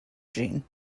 gene